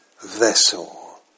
vessel